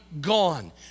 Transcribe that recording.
gone